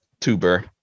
tuber